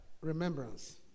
Remembrance